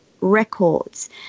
records